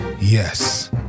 yes